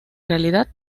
realidad